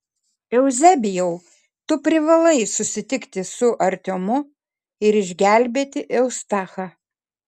euzebijau tu privalai susitikti su artiomu ir išgelbėti eustachą